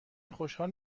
خوشحال